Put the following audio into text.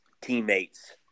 teammates